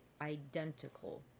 identical